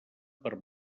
per